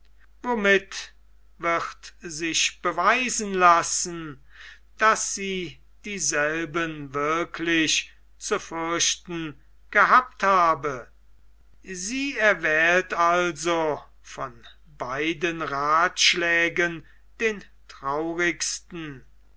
womit wird sich beweisen lassen daß sie dieselben wirklich zu fürchten gehabt habe sie erwählt also von beiden rathschlägen den traurigsten